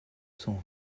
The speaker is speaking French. son